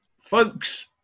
Folks